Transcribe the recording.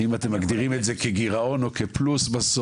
ואם אתם מגדירים את זה כגירעון או כפלוס בסוף.